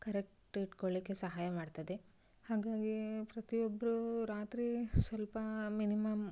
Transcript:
correct ಇಟ್ಕೊಳ್ಳಿಕ್ಕೆ ಸಹಾಯ ಮಾಡ್ತದೆ ಹಾಗಾಗಿ ಪ್ರತಿಯೊಬ್ಬರೂ ರಾತ್ರಿ ಸ್ವಲ್ಪ ಮಿನಿಮಮ್